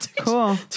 cool